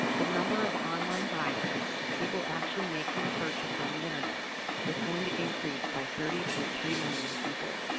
the number of online buyers, people actually making a purchase on the internet is going to increase by thirty point three million people,